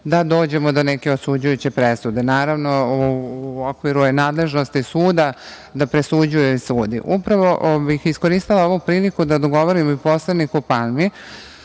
da dođemo do neke osuđujuće presude. Naravno, u okviru je nadležnosti suda da presuđuje i sudi. Upravo bih iskoristila ovu priliku da odgovorim i poslaniku Palmi